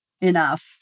enough